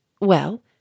Well